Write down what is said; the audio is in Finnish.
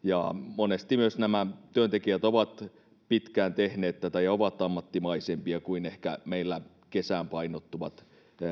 monesti myös nämä työntekijät ovat pitkään tehneet tätä ja ovat ehkä ammattimaisempia kuin meillä kesään painottuvat tekijät eihän